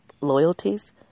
loyalties